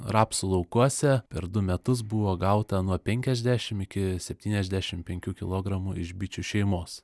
rapsų laukuose per du metus buvo gauta nuo penkiasdešim iki septyniasdešim penkių kilogramų iš bičių šeimos